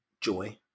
joy